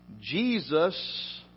Jesus